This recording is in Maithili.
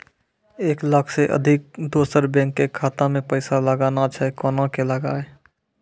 एक लाख से अधिक दोसर बैंक के खाता मे पैसा लगाना छै कोना के लगाए?